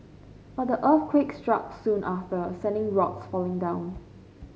but the earthquake struck soon after sending rocks falling down